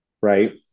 right